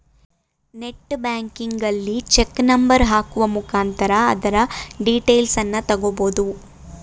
net ಬ್ಯಾಂಕಿಂಗಲ್ಲಿ check number ಹಾಕುವ ಮುಖಾಂತರ ಅದರ ಡೀಟೇಲ್ಸನ್ನ ತಗೊಬೋದು